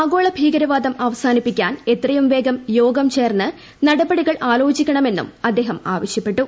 ആഗോള ഭീകരവാദം അവസാനിപ്പിക്കാൻ എത്രയും വേഗം യോഗം ചേർന്ന് നടപടികൾ ആലോചിക്കണമെന്നും അദ്ദേഹം ആവശ്യപ്പെട്ടു